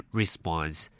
response